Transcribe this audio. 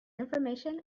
information